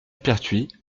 pertuis